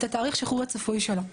את תאריך השחרור הצפוי שלו,